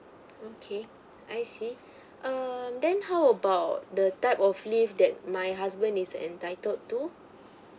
okay I see um then how about the type of leave that my husband is entitled to